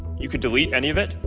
you could delete any of it,